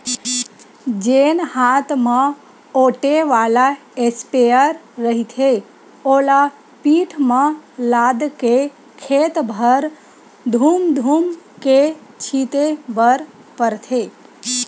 जेन हात म ओटे वाला इस्पेयर रहिथे ओला पीठ म लादके खेत भर धूम धूम के छिते बर परथे